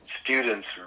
students